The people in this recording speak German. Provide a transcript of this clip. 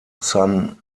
san